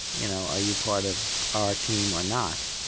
you know, are you part of our team or not?